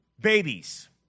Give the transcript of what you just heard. Babies